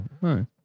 Right